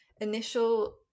initial